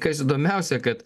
kas įdomiausia kad